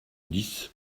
dix